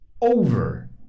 over